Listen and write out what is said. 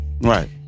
right